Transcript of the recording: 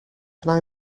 can